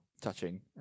touching